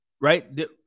right